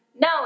No